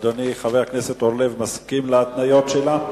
אדוני חבר הכנסת אורלב, מסכים להתניות שלה?